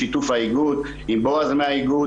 בשיתוף האיגוד עם בועז מהאיגוד,